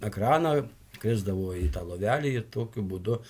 ekraną krisdavo į tą lovelį ir tokiu būdu